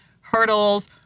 hurdles